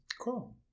Cool